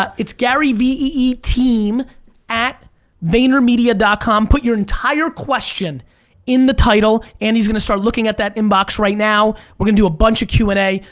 it's gary v e e team at vaynermedia com. put your entire question in the title. andy's gonna start looking at that inbox right now. we're gonna do a bunch of q and a.